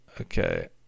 Okay